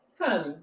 honey